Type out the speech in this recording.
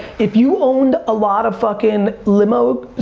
if you owned a lot of fuckin' limos,